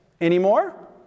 Anymore